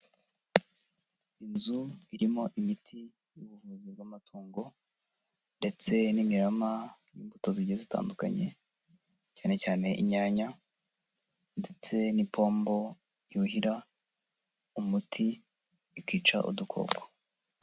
Inzu irimo imiti y'ubuvuzi bw'amatungo, ndetse n'imirama y'imbuto zigiye zitandukanye, cyane cyane inyanya, ndetse n'ipombo yuhira umuti, ikica udukoko.